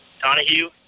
Donahue